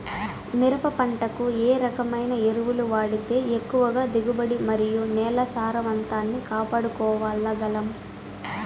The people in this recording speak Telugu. మిరప పంట కు ఏ రకమైన ఎరువులు వాడితే ఎక్కువగా దిగుబడి మరియు నేల సారవంతాన్ని కాపాడుకోవాల్ల గలం?